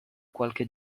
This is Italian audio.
qualche